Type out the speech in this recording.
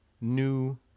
new